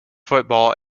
football